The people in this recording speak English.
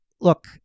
look